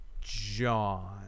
John